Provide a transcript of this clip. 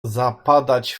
zapadać